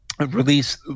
Release